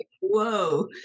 Whoa